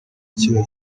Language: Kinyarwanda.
kiriya